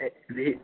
നീ